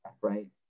right